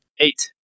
Eight